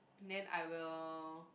then I will